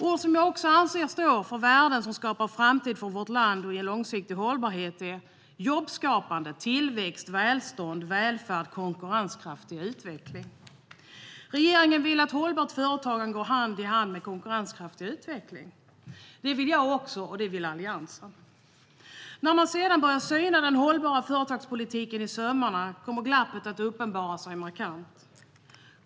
Ord som jag anser också står för värden som skapar framtid för vårt land och ger långsiktig hållbarhet är jobbskapande, tillväxt, välstånd, välfärd och konkurrenskraftig utveckling. Regeringen vill att hållbart företagande går hand i hand med konkurrenskraftig utveckling. Det vill också jag och Alliansen. När man sedan börjar syna den hållbara företagspolitiken i sömmarna kommer glappet att uppenbara sig markant.